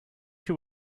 you